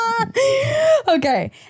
Okay